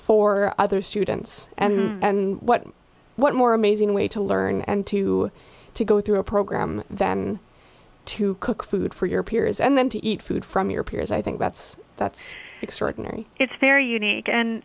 for other students and and what what more amazing way to learn and to to go through a program than to cook food for your peers and then to eat food from your peers i think that's that's extraordinary it's very unique